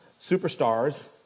superstars